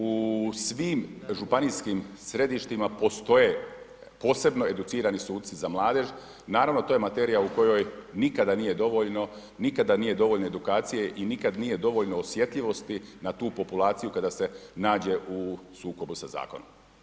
U svim županijskim središtima postoje posebno educirani suci za mladež i naravno to je materija u kojoj nikada nije dovoljno, nikada nije dovoljno edukacije i nikad nije dovoljno osjetljivosti na tu populaciju kada se nađe u sukobu sa zakonom.